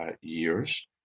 years